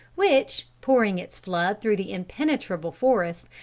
which, pouring its flood through the impenetrable forest,